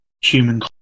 human